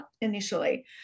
initially